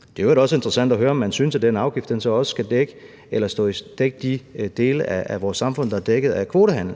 Det er i øvrigt også interessant at høre, om man synes, at den afgift så også skal dække de dele af vores samfund, der er dækket af kvotehandel.